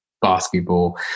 basketball